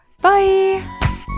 Bye